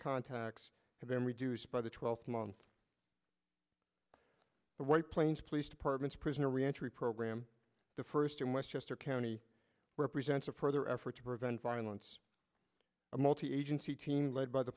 contact them reduced by the twelfth month the white plains police department prisoner reentry program the first in westchester county represents a further effort to prevent via once a multi agency team led by the